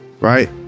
Right